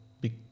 big